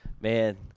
Man